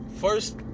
First